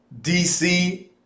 DC